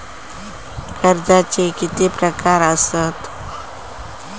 कर्जाचे किती प्रकार असात?